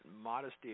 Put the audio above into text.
modesty